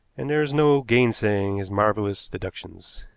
and there is no gainsaying his marvelous deductions.